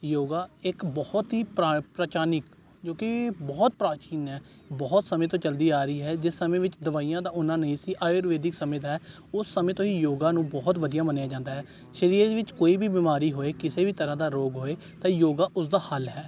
ਯੋਗਾ ਇਕ ਬਹੁਤ ਹੀ ਪ੍ਰਾ ਪ੍ਰਾਚਾਨਕ ਜੋ ਕੀ ਬਹੁਤ ਪ੍ਰਾਚੀਨ ਹੈ ਬਹੁਤ ਸਮੇਂ ਤੋਂ ਚਲਦੀ ਆ ਰਹੀ ਹੈ ਜਿਸ ਸਮੇਂ ਵਿੱਚ ਦਵਾਈਆਂ ਦਾ ਉਹਨਾਂ ਨਹੀਂ ਸੀ ਆਯੂਰਵੇਦਿਕ ਸਮੇਂ ਦਾ ਉਸ ਸਮੇਂ ਤੋਂ ਹੀ ਯੋਗਾ ਨੂੰ ਬਹੁਤ ਵਧੀਆ ਮੰਨਿਆ ਜਾਂਦਾ ਹੈ ਸਰੀਰ ਵਿੱਚ ਕੋਈ ਵੀ ਬਿਮਾਰੀ ਹੋਏ ਕਿਸੇ ਵੀ ਤਰ੍ਹਾਂ ਦਾ ਰੋਗ ਹੋਏ ਤਾਂ ਯੋਗਾ ਉਸ ਦਾ ਹੱਲ ਹੈ